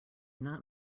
not